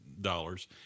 dollars